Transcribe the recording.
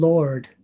Lord